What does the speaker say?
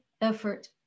effort